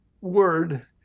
word